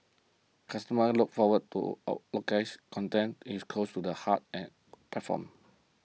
customers look forward to old low case content is close to the hearts and platforms